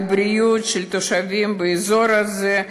על בריאות התושבים באזור הזה.